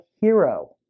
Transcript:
hero